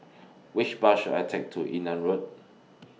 Which Bus should I Take to Yunnan Road